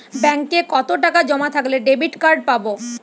ব্যাঙ্কে কতটাকা জমা থাকলে ডেবিটকার্ড পাব?